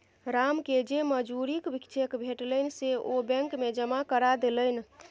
रामकेँ जे मजूरीक चेक भेटलनि से ओ बैंक मे जमा करा देलनि